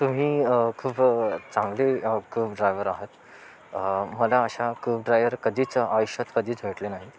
तुम्ही खूप चांगले कब ड्रायव्हर आहात मला अशा कब ड्रायव्हर कधीच आयुष्यात कधीच भेटले नाहीत